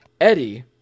Eddie